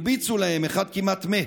הרביצו להם, אחד כמעט מת,